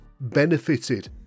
benefited